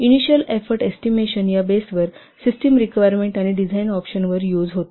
initial effort estimation या बेसवर system requirement आणि डिझाइन ऑप्शन यूज होते